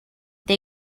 they